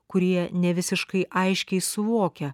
kurie nevisiškai aiškiai suvokia